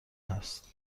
هست